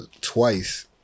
twice